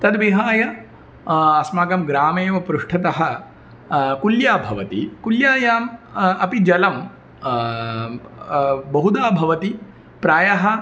तद्विहाय अस्माकं ग्रामे एव पृष्ठतः कुल्या भवति कुल्यायां अपि जलं बहुधा भवति प्रायः